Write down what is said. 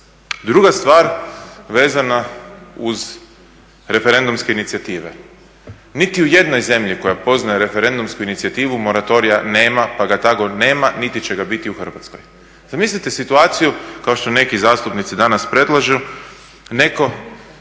Druga stvar vezana uz referendumske inicijative. Niti u jednoj zemlji koja poznaje referendumsku inicijativu moratorija nema pa ga tako nema niti će ga biti u Hrvatskoj. Zamislite situaciju, kao što neki zastupnici danas predlažu, netko